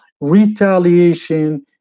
Retaliation